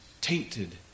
tainted